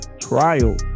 Trial